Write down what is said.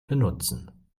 benutzen